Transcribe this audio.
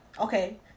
okay